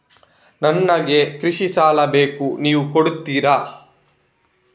ನನಗೆ ಕೃಷಿ ಸಾಲ ಬೇಕು ನೀವು ಕೊಡ್ತೀರಾ?